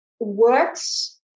works